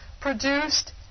produced